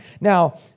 Now